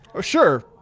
sure